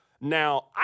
Now